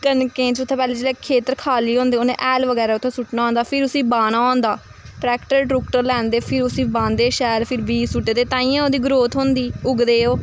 कनकें च उत्थै पैह्लें जेल्लै खेतर खाल्ली होंदे उ'नें हैल बगैरा उत्थै सुट्टना होंदा फिर उस्सी बाह्ना होंदा ट्रैक्टर टूरैक्टर लैंदे फिर उस्सी बांह्दे शैल फ्ही बीऽ सुट्टदे ताइयें ओह्दी ग्रोथ होंदी उग्गदे ओह्